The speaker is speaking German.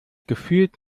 gefühlt